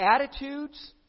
attitudes